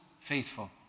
faithful